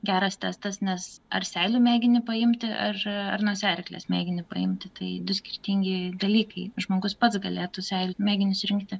geras testas nes ar seilių mėginį paimti ar nosiaryklės mėginį paimti tai du skirtingi dalykai žmogus pats galėtų seilių mėginius rinkti